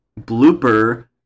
Blooper